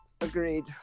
Agreed